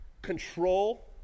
control